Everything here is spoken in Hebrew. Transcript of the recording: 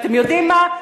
אתם יודעים מה?